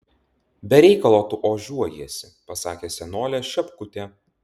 be reikalo tu ožiuojiesi pasakė senolė šepkutė